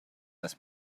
this